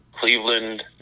Cleveland